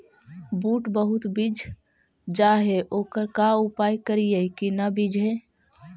बुट बहुत बिजझ जा हे ओकर का उपाय करियै कि न बिजझे?